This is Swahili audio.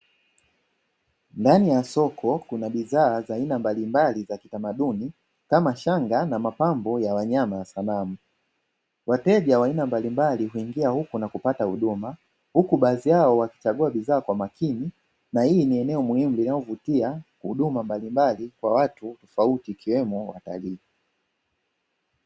Ndani ya soko kuna bidhaa za aina mbalimbali za kitamaduni kama: shanga na mapambo ya wanyama ya sanamu, wateja wa aina mbalimbali huingia huko na kupata huduma huku baadhi yao wakichagua bidhaa kwa makini, na hii ni eneo muhimu linalovutia huduma mbalimbali kwa watu tofauti ikiwemo watalii.